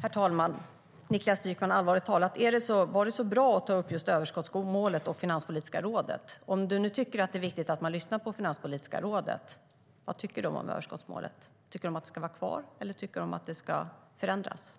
Herr talman! Allvarligt talat, Niklas Wykman, var det så bra att ta upp just överskottsmålet och Finanspolitiska rådet? Om du nu tycker att det är viktigt att man lyssnar på Finanspolitiska rådet - vad tycker de om överskottsmålet? Tycker de att det ska vara kvar, eller tycker de att det ska förändras?